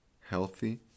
healthy